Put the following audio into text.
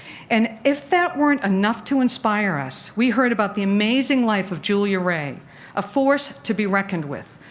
and if that weren't enough to inspire us, we heard about the amazing life of julia ray a force to be reckoned with.